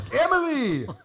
Emily